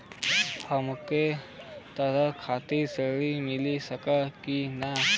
हमके त्योहार खातिर त्रण मिल सकला कि ना?